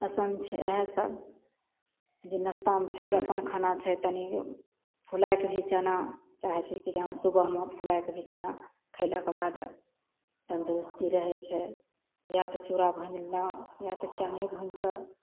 पसन्द छै इएह सब जे नस्तामे छै जे अपन खाना छै तनी फुलायके भी चना चाहय छै कि जे हँ सुबहमे फुलायके भी चना खयलाक बाद तन्दुरुस्ती रहय छै या तऽ चूरा भुजलहुँ या तऽ चने भुजिकऽ